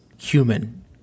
Human